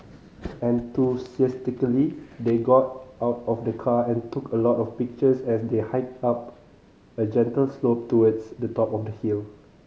enthusiastically they got out of the car and took a lot of pictures as they hiked up a gentle slope towards the top of the hill